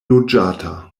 loĝata